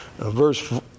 Verse